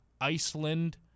Iceland